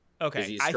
okay